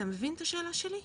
אתה מבין את השאלה שלי?